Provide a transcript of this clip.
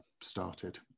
started